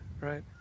right